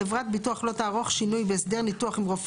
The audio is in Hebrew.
חברת ביטוח לא תערוך שינוי בהסדר ניתוח עם רופא